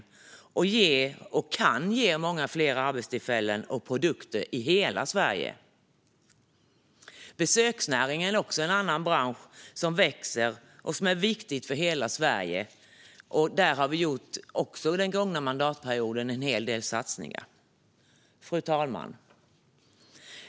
Skogen och lantbruket kan ge många fler arbetstillfällen och produkter i hela Sverige. Besöksnäringen är en annan bransch som växer och som är viktig för hela Sverige, och där har vi också under den gångna mandatperioden gjort en hel del satsningar. Fru talman!